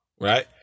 right